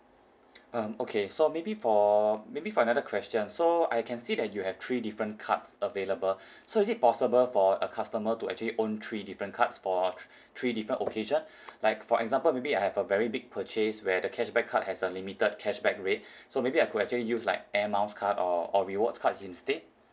um okay so maybe for maybe for another question so I can see that you have three different cards available so is it possible for a customer to actually own three different cards for t~ three different occasion like for example maybe I have a very big purchase where the cashback card has a limited cashback rate so maybe I could actually use like air miles card or or rewards card instead